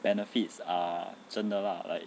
benefits are 真的 lah like